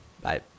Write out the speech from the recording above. Bye